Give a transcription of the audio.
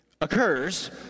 occurs